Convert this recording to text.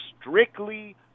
strictly